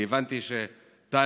כי הבנתי שטלי,